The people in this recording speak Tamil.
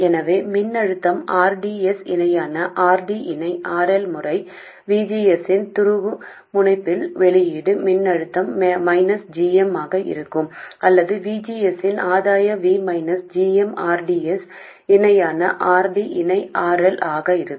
எனவே மின்னழுத்தம் R D S இணையான R D இணை R L முறை V G S இன் துருவமுனைப்பினால் வெளியீடு மின்னழுத்தம் மைனஸ் g m ஆக இருக்கும் அல்லது V G S இன் ஆதாய V minus g m R D S இணையான R D இணை R L ஆக இருக்கும்